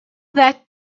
that